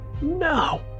No